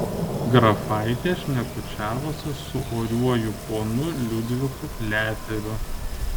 grafaitė šnekučiavosi su oriuoju ponu liudviku pliateriu